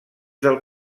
del